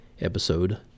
episode